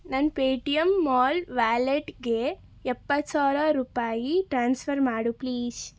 ನನ್ನ Paytm Mall ವ್ಯಾಲೆಟ್ಗೆ ಎಪ್ಪತ್ತು ಸಾವಿರ ರೂಪಾಯಿ ಟ್ರಾನ್ಸ್ಫರ್ ಮಾಡು ಪ್ಲೀಸ್